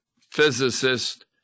physicist